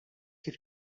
kif